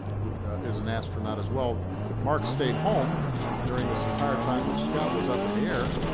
who is an astronaut, as well mark stayed home during this entire time that scott was up in the air,